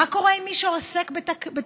מה קורה עם מי שעוסק בתיירות?